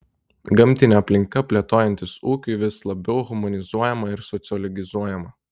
gamtinė aplinka plėtojantis ūkiui vis labiau humanizuojama ir sociologizuojama